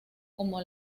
como